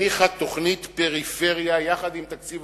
הניחה תוכנית פריפריה יחד עם תקציב